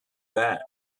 that